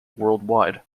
worldwide